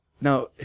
now